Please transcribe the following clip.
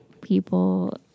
people